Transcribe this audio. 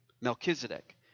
Melchizedek